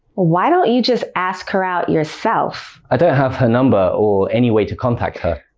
why don't you just ask her out yourself? i don't have her number, or any way to contact her.